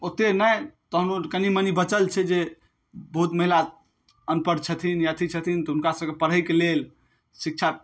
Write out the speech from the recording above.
ओते नहि तहनो कनीमनी बचल छै जे बहुत महिला अनपढ़ छथिन या अथी छथिन तऽ हुनका सबके पढ़ैके लेल शिक्षा